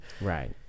Right